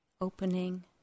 opening